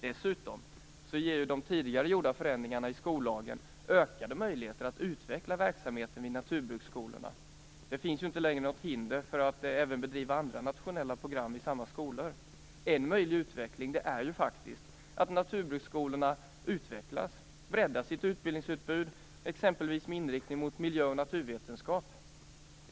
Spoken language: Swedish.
Dessutom ger ju de tidigare gjorda förändringarna i skollagen ökade möjligheter att utveckla verksamheten i naturbruksskolorna. Det finns inte längre något hinder mot att även bedriva andra nationella program i samma skolor. En möjlig utveckling är ju faktiskt att naturbruksskolorna utvecklas, att de breddar sitt utbildningsutbud med exempelvis inriktning mot miljöoch naturvetenskap.